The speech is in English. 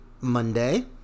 monday